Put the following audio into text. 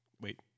Wait